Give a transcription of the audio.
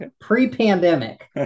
pre-pandemic